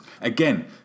Again